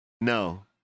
No